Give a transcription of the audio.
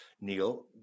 Neil